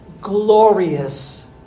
glorious